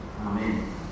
Amen